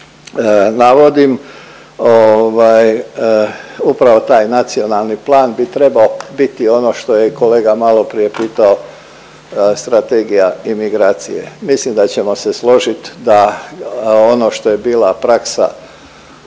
navodim ovaj upravo taj nacionalni plan bi trebao biti ono što je i kolega maloprije pitao strategija imigracije. Mislim da ćemo se složit da ono što je bila praksa